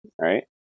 right